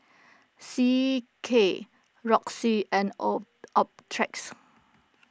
C K Roxy and O Optrex